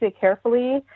carefully